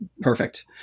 Perfect